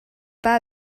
pas